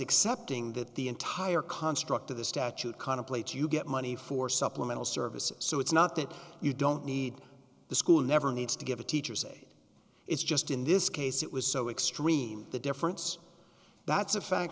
accepting that the entire construct of the statute contemplates you get money for supplemental services so it's not that you don't need the school never needs to give a teacher's aide it's just in this case it was so extreme the difference that's a fact